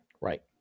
Right